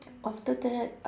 after that uh